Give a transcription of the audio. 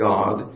God